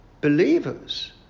believers